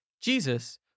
Jesus